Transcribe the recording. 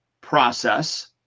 process